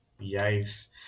Yikes